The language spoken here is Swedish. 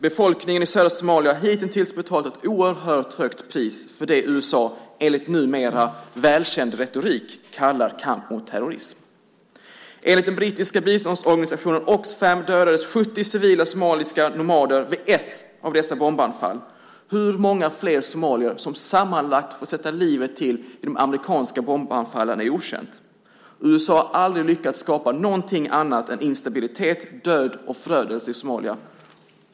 Befolkningen i södra Somalia har hittills betalat ett oerhört högt pris för det USA, enligt numera välkänd retorik, kallar kamp mot terrorism. Enligt den brittiska biståndsorganisationen Oxfam dödades 70 civila somaliska nomader vid ett av dessa bombanfall. Hur många fler somalier som sammanlagt fått sätta livet till i de amerikanska bombanfallen är okänt. USA har aldrig lyckats skapa något annat än instabilitet, död och förödelse i Somalia.